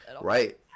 right